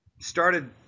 started